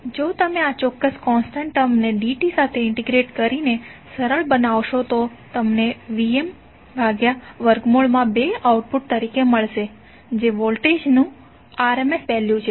તો જો તમે આ ચોક્કસ કોન્સટ્ન્ટ ટર્મ ને dt સાથે ઇન્ટિગ્રેટ કરીને સરળ બનાવશો તો તમને Vm2 આઉટપુટ તરીકે મળશે જે વોલ્ટેજનું RMS વેલ્યુ છે